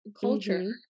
culture